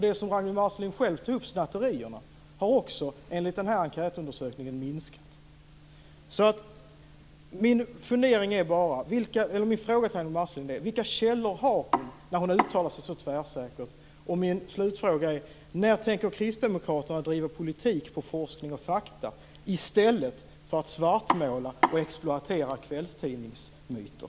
Det som Ragnwi Marcelind själv tog upp, snatterierna, har också enligt den här enkätundersökningen minskat. Min fråga till Ragnewi Marcelind är: Vilka källor har hon när hon uttalar sig så tvärsäkert? Min slutfråga är: När tänker kristdemokraterna bedriva politik på forskning och fakta i stället för att svartmåla och exploatera kvällstidningsmyter?